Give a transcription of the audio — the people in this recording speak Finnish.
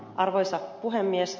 arvoisa puhemies